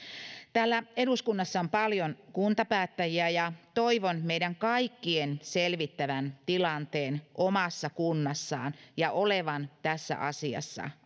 täällä eduskunnassa on paljon kuntapäättäjiä ja toivon meidän kaikkien selvittävän tilanteen omassa kunnassamme ja olevan tässä asiassa